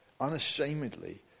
unashamedly